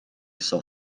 гэсэн